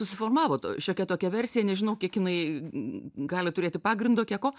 susiformavo šiokia tokia versija nežinau kiek jinai gali turėti pagrindo kiek ko